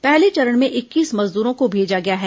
पहले चरण में इक्कीस मजदूरों को भेजा गया है